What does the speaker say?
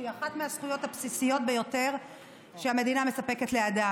שהיא אחת מהזכויות הבסיסיות ביותר שהמדינה מספקת לאדם.